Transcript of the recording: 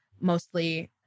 mostly